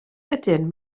ydyn